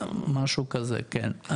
משהו כזה, כן.